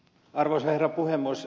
arvoisa herra puhemies